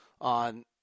on